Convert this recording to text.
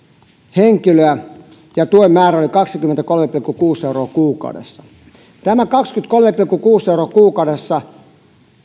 henkilöä ja tuen määrä oli kaksikymmentäkolme pilkku kuusi euroa kuukaudessa tämä kaksikymmentäkolme pilkku kuusi euroa kuukaudessa